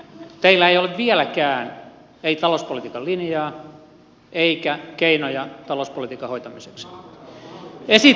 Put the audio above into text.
teillä ei ole vieläkään talouspolitiikan linjaa eikä keinoja talouspolitiikan hoitamiseksi